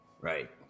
Right